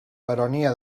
baronia